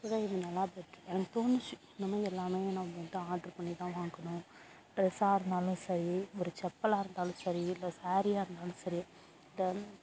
ஏதோ இது நல்லாரு எனக்கு தோணுச்சு இனிமேல் எல்லாமே நம்ம நெட்டை ஆர்ட்ரு பண்ணி தான் வாங்கணும் ட்ரெஸ்ஸாக இருந்தாலும் சரி ஒரு செப்பலாக இருந்தாலும் சரி இல்லை ஸேரீயாக இருந்தாலும் சரி இல்லை